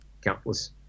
countless